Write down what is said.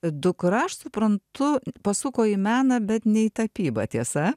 dukra aš suprantu pasuko į meną bet ne į tapybą tiesa